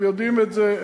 הם יודעים את זה,